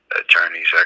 attorneys